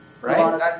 right